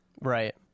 Right